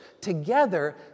together